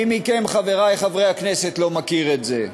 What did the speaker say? מי מכם, חברי חברי הכנסת, לא מכיר את זה.